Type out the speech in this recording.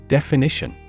Definition